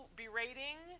berating